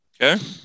Okay